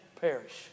perish